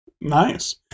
Nice